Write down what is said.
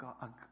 God